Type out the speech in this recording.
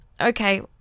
okay